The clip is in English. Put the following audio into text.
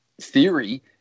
theory